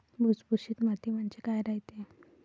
भुसभुशीत माती म्हणजे काय रायते?